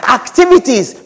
activities